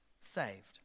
saved